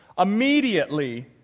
Immediately